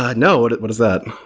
um no. what what is that?